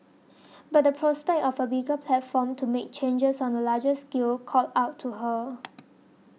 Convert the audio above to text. but the prospect of a bigger platform to make changes on a larger scale called out to her